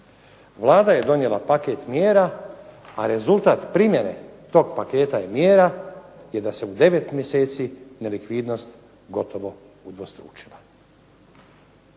Vlada je donijela paket mjera a rezultat primjene tog paketa mjera je da se u devet mjeseci nelikvidnost gotovo udvostručila.